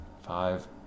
Five